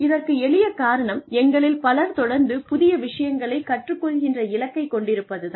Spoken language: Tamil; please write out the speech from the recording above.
இதற்கு எளிய காரணம் எங்களில் பலர் தொடர்ந்து புதிய விஷயங்களை கற்றுக் கொள்கின்ற இலக்கை கொண்டிருப்பது தான்